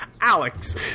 Alex